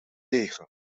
tegen